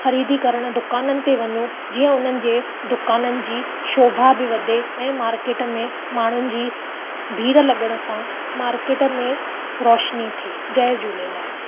ख़रीदी करणु दुकाननि ते वञो जीअं उन्हनि जे दुकाननि जी शोभा बि वधे ऐं मार्केट मे माण्हुनि जी भीड़ लॻनि सां मार्केट में रोशनी थिए जय झूलेलाल